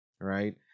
Right